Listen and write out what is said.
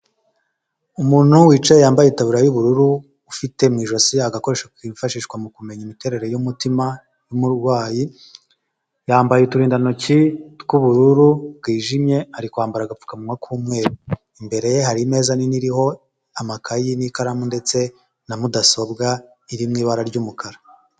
Umuntu wicaye yambaye ikatabutura y'ubururu ufite mu ijosi agakoresho kifashishwa mu kumenya imiterere y'umutima w'umurwayi, yambaye uturindantoki tw'ubururu bwijimye ari kwambara agapfukamunwa k'umweru, imbere ye hari ame nini i iriho amakayi n'ikaramu ndetse na mudasobwa iri mu ibara ry'umukara.